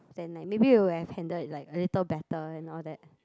then like maybe you would have handled like a little better and all that